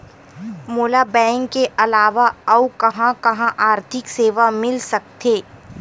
मोला बैंक के अलावा आऊ कहां कहा आर्थिक सेवा मिल सकथे?